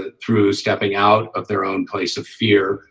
ah through stepping out of their own place of fear